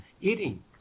eating